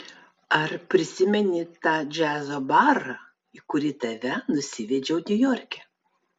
ar prisimeni tą džiazo barą į kurį tave nusivedžiau niujorke